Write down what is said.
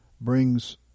Brings